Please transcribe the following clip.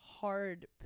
hard